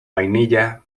vainilla